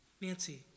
Nancy